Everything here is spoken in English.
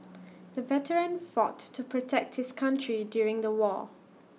the veteran fought to protect his country during the war